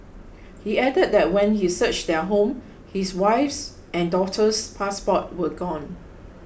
he added that when he searched their home his wife's and daughter's passports were gone